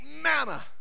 manna